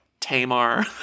Tamar